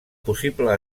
possible